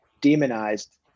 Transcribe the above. demonized